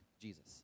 Jesus